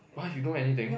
what you don't know anything